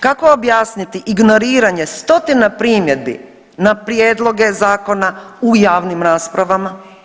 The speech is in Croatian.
Kako objasniti ignoriranje stotina primjedbi na prijedloge zakona u javnim raspravama?